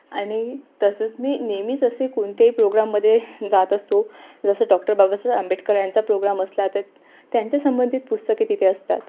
आणि तसंच मी नेहमीच असे कोणतेही प्रोग्राममध्ये जात असतो जसं डॉक्टर बाबासाहेब आंबेडकर यांचा प्रोग्राम असला तर त्यांच्या संबंधित पुस्तके तिथे असतात